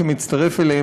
שמצטרף אליהם,